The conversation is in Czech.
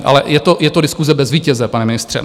Ale je to diskuse bez vítěze, pane ministře.